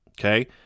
Okay